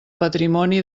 patrimoni